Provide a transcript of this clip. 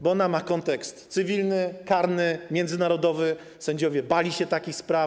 Bo ona ma kontekst cywilny, karny, międzynarodowy, sędziowie bali się takich spraw.